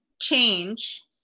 change